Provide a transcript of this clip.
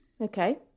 Okay